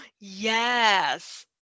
Yes